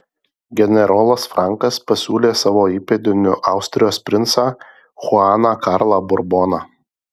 generolas frankas pasiūlė savo įpėdiniu austrijos princą chuaną karlą burboną